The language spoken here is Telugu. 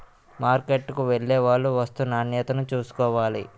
మార్కెట్కు వెళ్లేవాళ్లు వస్తూ నాణ్యతను చూసుకోవాలి